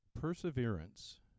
Perseverance